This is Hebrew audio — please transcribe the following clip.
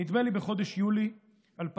נדמה לי שבחודש יולי 2021,